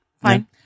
Fine